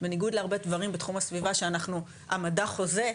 בניגוד להרבה דברים בתחום הסביבה שמדע חוזה,